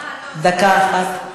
דקה אחת.